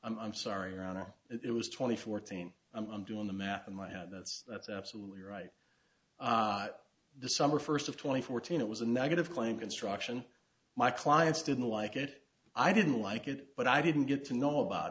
court i'm sorry your honor it was twenty fourteen i'm doing the math in my head that's that's absolutely right the summer first of twenty fourteen it was a negative claim construction my clients didn't like it i didn't like it but i didn't get to know about